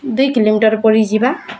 ଦୁଇ କିଲୋମିଟର୍ ପଡ଼ିଯିବା